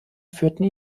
führten